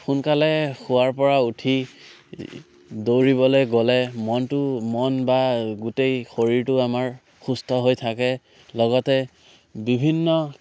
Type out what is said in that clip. সোনকালে শোৱাৰ পৰা উঠি দৌৰিবলৈ গ'লে মনটো মন বা গোটেই শৰীৰটো আমাৰ সুস্থ হৈ থাকে লগতে বিভিন্ন